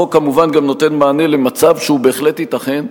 החוק כמובן גם נותן מענה למצב שבהחלט ייתכן,